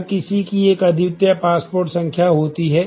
हर किसी की एक अद्वितीय पासपोर्ट संख्या होती है